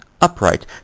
Upright